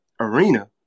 arena